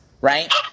right –